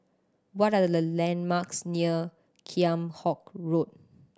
what are the landmarks near Kheam Hock Road